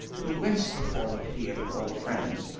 who winced before the pity of her old friends,